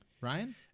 Ryan